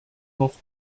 noch